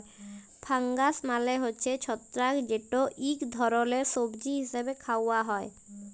fungus মালে হছে ছত্রাক যেট ইক ধরলের সবজি হিসাবে খাউয়া হ্যয়